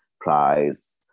price